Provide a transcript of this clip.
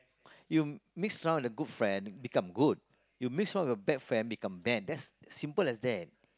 you mix around the good friend you become good you mix around with bad friend become bad that's simple as that